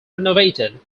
renovated